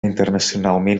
internacionalment